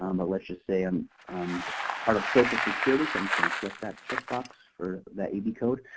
um let's just say and um part of social security, so i'm just going to flip that checkbox for that ab code.